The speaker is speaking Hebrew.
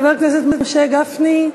חבר הכנסת משה גפני,